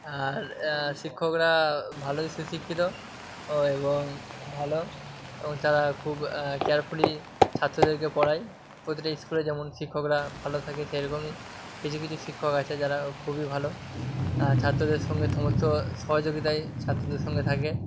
আর শিক্ষকরা ভালোই সুশিক্ষিত ও এবং ভালো এবং তারা খুব কেয়ারফুলি ছাত্রদেরকে পড়ায় ওদের এই স্কুলে যেমন শিক্ষকরা ভালো থাকে সেরকমই কিছু কিছু শিক্ষক আছে যারা খুবই ভালো আর ছাত্রের সঙ্গে সমস্ত সহযোগিতাই ছাত্রদের সঙ্গে থাকে